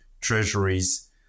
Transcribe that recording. treasuries